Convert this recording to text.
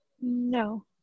No